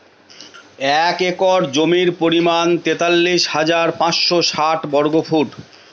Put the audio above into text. এক একর জমির পরিমাণ তেতাল্লিশ হাজার পাঁচশ ষাট বর্গফুট